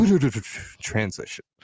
Transition